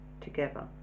together